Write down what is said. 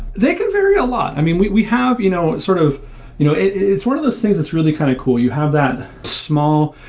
they can vary a lot. i mean, we we have you know sort of you know it's one of those things that's really kind of cool. you have that small,